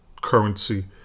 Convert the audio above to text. Currency